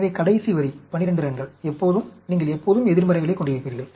எனவே கடைசி வரி 12 ரன்கள் எப்போதும் நீங்கள் எப்போதும் எதிர்மறைகளைக் கொண்டிருப்பீர்கள்